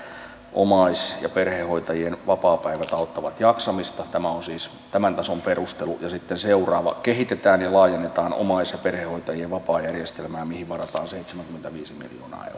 omais ja perhehoitajien vapaapäivät auttavat jaksamista tämä on siis tämän tason perustelu ja sitten seuraava kehitetään ja laajennetaan omais ja perhehoitajien vapaajärjestelmää mihin varataan seitsemänkymmentäviisi miljoonaa euroa